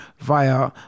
Via